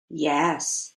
yes